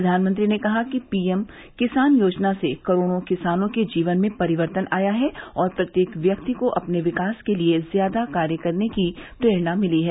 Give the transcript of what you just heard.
प्रधानमंत्री ने कहा कि पीएम किसान योजना से करोडों किसानों के जीवन में परिवर्तन आया है और प्रत्येक व्यक्ति को अपने विकास के लिए ज्यादा कार्य करने की प्ररेणा मिली है